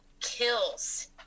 kills